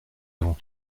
avons